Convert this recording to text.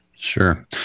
Sure